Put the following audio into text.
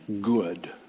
good